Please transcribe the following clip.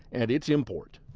and its import.